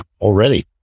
already